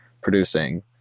producing